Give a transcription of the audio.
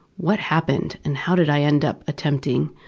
what happened and how did i end up attempting?